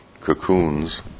cocoons